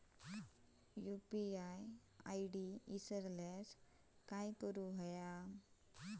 UPI ID इसरल्यास काय करुचा?